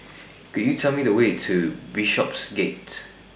Could YOU Tell Me The Way to Bishopsgate